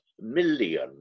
million